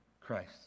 Christ